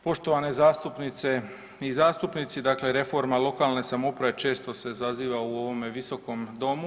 Poštovane zastupnice i zastupnici, dakle reforma lokalne samouprave često se zaziva u ovome Visokom domu.